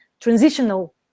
transitional